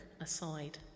aside